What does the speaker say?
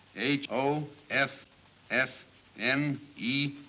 h o f f n e